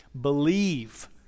believe